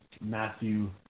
Matthew